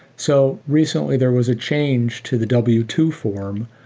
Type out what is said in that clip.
so recently, there was a change to the w two form.